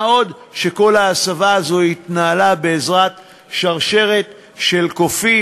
מה גם שכל ההסבה הזאת התנהלה בעזרת שרשרת של קופים,